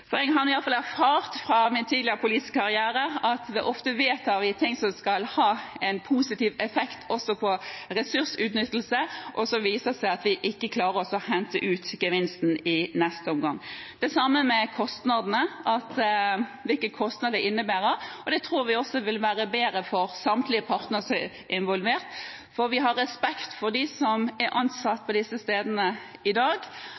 Jeg har nå iallfall erfart fra min tidligere politiske karriere at ofte vedtar vi ting som skal ha en positiv effekt også på ressursutnyttelse, og så viser det seg at vi ikke klarer å hente ut gevinsten i neste omgang. Det samme gjelder kostnadene – hvilke kostnader det innebærer – og det tror vi også vil være bedre for samtlige parter som er involvert. For vi har respekt for dem som er ansatt på disse stedene i dag